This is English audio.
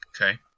Okay